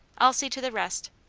i'll see to the rest.